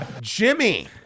jimmy